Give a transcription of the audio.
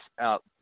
out